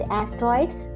asteroids